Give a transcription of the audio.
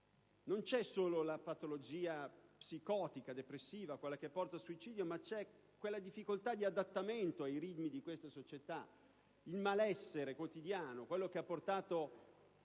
Non vi è solo la patologia psicotica depressiva, quella che conduce al suicidio, ma c'è la difficoltà di adattamento ai ritmi di questa società, il malessere quotidiano, quello che ha portato